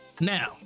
now